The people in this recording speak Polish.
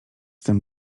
tym